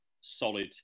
solid